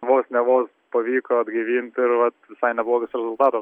vos ne vos pavyko atgaivint ir vat visai neblogas rezultatas